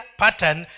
pattern